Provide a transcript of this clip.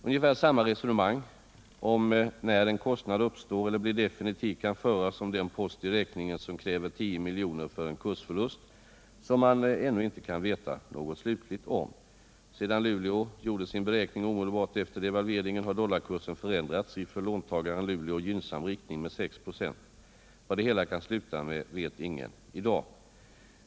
Ungefär samma resonemang om när en kostnad uppstår eller blir definitiv kan föras om den post i räkningen som kräver 10 miljoner för en kursförlust, som man ännu inte kan veta något slutligt om. Sedan Luleå gjorde sin beräkning omedelbart efter devalveringen har dollarkursen förändrats i för låntagaren Luleå gynnsam riktning med 6 96. Vad det hela kan sluta med vet ingen i dag.